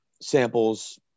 samples